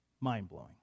Mind-blowing